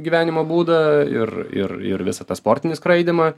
gyvenimo būdą ir ir ir visą tą sportinį skraidymą